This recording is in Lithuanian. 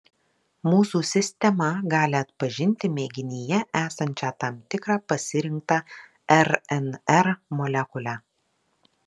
mūsų sistema gali atpažinti mėginyje esančią tam tikrą pasirinktą rnr molekulę